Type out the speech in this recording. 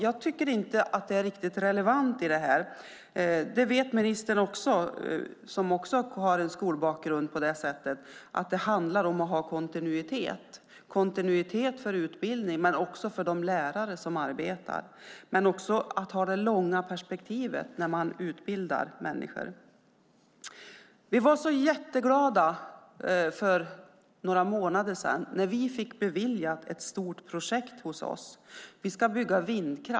Jag tycker inte att det är riktigt relevant. Ministern, som också har en skolbakgrund, vet att det handlar om kontinuitet för utbildningen men också för de lärare som arbetar och att ha det långa perspektivet när man utbildar människor. Vi var jätteglada för några månader sedan när vi fick ett stort projekt beviljat hos oss.